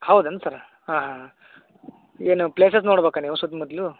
ಹೌದೇನು ಸರ್ ಹಾಂ ಹಾಂ ಹಾಂ ಈಗ ನೀವು ಪ್ಲೇಸಸ್ ನೋಡ್ಬೇಕಾ ನೀವು ಸುತ್ತಮುತ್ತಲೂ